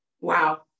Wow